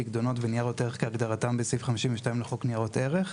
פיקדונות וניירות ערך כהגדרתם בסעיף 52 לחוק ניירות ערך".